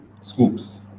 Scoops